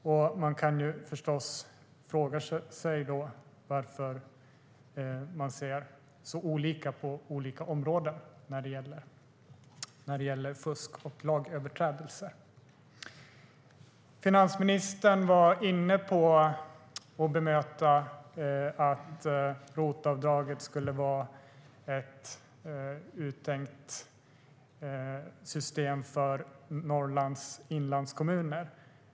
Vi kan förstås fråga oss varför man ser så olika på olika områden när det gäller fusk och lagöverträdelser. Finansministern var inne på att bemöta att ROT-avdraget skulle vara ett uttänkt system för Norrlands inlandskommuner.